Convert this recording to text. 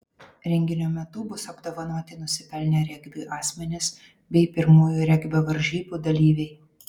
renginio metu bus apdovanoti nusipelnę regbiui asmenys bei pirmųjų regbio varžybų dalyviai